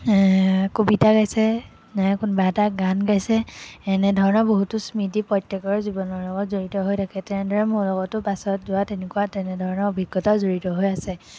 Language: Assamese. এ কবিতা গাইছে নাই কোনোবাই এটা গান গাইছে এনেধৰণৰ বহুতো স্মৃতি প্ৰত্যেকৰ জীৱনৰ লগত জড়িত হৈ থাকে তেনেদৰে মোৰ লগতো বাছত যোৱা তেনেকুৱা তেনেধৰণৰ অভিজ্ঞতা জড়িত হৈ আছে